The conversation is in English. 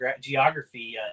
geography